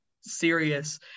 serious